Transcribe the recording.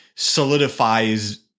Solidifies